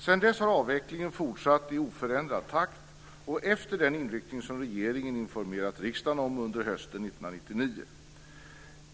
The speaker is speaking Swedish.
Sedan dess har avvecklingen fortsatt i oförändrad takt och efter den inriktning som regeringen informerat riksdagen om under hösten 1999.